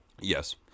Yes